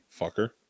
Fucker